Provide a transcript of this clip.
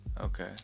okay